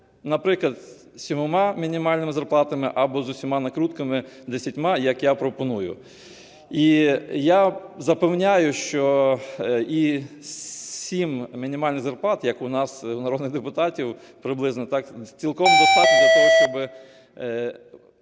наприклад, сімома мінімальними зарплатами або з усіма накрутками десятьма, як я пропоную. І я запевняю, що і сім мінімальних зарплат, як у нас народних депутатів, приблизно, так цілком достатньо для того, щоб